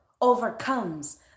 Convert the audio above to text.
overcomes